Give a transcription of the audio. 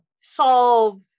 solve